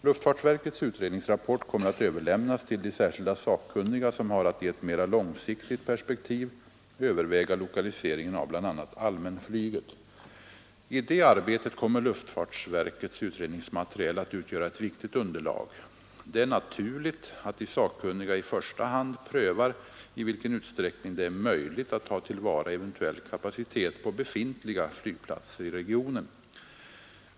Luftfartsverkets utredningsrapport kommer att överlämnas till de särskilda sakkunniga som har att i ett mera långsiktigt perspektiv överväga lokaliseringen av bl.a. allmänflyget. I det arbetet kommer luftfartsverkets utredningsmaterial att utgöra ett viktigt underlag. Det är naturligt att de sakkunniga i första hand prövar i vilken utsträckning det är möjligt att ta till vara eventuell kapacitet på befintliga flygplatser i regionen.